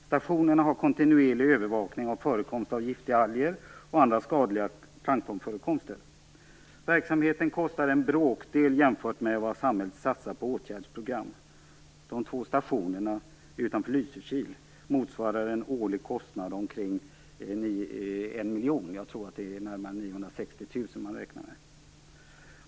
Stationerna har kontinuerlig övervakning av förekomst av giftiga alger och andra skadliga planktonförekomster. Verksamheten kostar en bråkdel jämfört med vad samhället satsar på åtgärdsprogram. De två stationerna utanför Lysekil motsvarar en årlig kostnad på omkring 1 miljon, jag tror att man räknar med närmare 960 000 kr.